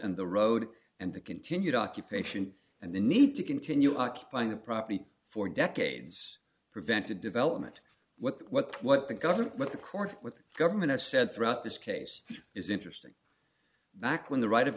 and the road and the continued occupation and the need to continue occupying the property for decades prevented development what what the government what the court with the government has said throughout this case is interesting back when the right of